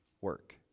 work